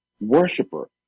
worshiper